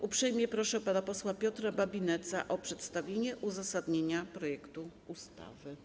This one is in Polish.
Uprzejmie proszę pana posła Piotra Babinetza o przedstawienie uzasadnienia projektu ustawy.